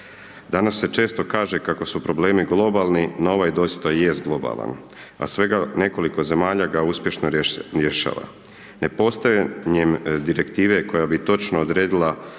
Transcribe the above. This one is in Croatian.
Danas se često kaže kako su problemi globalni no ovaj doista i jest globalan a svega nekoliko zemalja ga uspješno rješava. Nepostojanjem direktive koja bi točno odredila